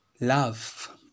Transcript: love